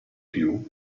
più